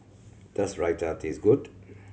does Raita taste good